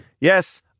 Yes